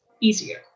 easier